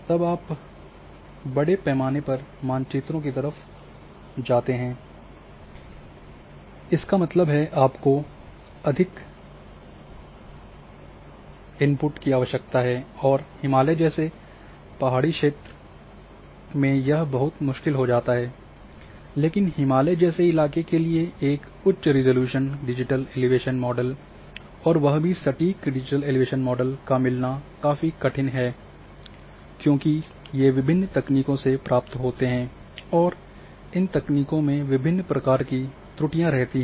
तब आप बड़े पैमाने पर मानचित्रों की तरफ़ जाते हैं इसका मतलब है आपको अधिक इनपुट की आवश्यकता है और हिमालय जैसे पहाड़ी इलाके में यह बहुत मुश्किल हो जाता है लेकिन हिमालय जैसे इलाके के लिए एक उच्च रिज़ॉल्यूशन डिजिटल एलिवेशन मॉडल और वह भी सटीक डिजिटल एलिवेशन मॉडल का मिलना काफी कठिन हैं क्योंकि ये विभिन्न तकनीकों से प्राप्त होते हैं और इन तकनीकों में विभिन्न प्रकार की त्रुटियां होती हैं